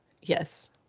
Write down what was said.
yes